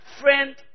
friend